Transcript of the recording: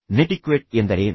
netiquette ಎಂದರೇನು